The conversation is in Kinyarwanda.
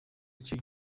icyo